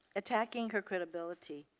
attacking her credibility.